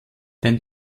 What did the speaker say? denn